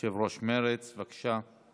יושב-ראש מרצ, בבקשה,